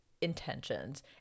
intentions